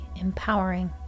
empowering